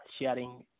sharing